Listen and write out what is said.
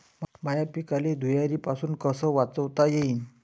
माह्या पिकाले धुयारीपासुन कस वाचवता येईन?